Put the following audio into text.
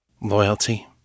Loyalty